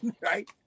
right